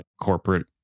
corporate